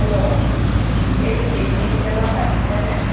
hello এইটো তৃপ্তি হোটেলত লাগিছেনে